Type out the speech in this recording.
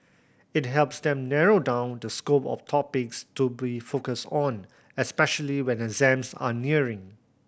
it helps them narrow down the scope of topics to be focus on especially when exams are nearing